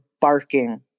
barking